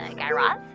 and guy raz?